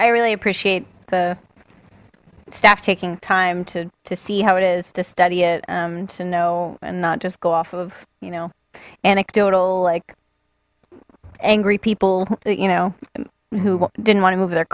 i really appreciate the staff taking time to to see how it is to study it to know and not just go off of you know anecdotal like angry people you know who didn't want to move their